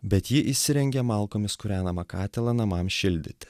bet ji įsirengė malkomis kūrenamą katilą namam šildyti